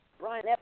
Brian